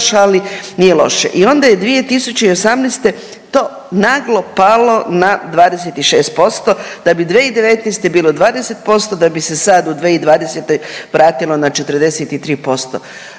ali nije loše. I onda je 2018. to naglo palo na 26% da bi 2019. bilo 20% da bi se sad u 2020. vratilo na 43%.